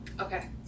Okay